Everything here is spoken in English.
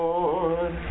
Lord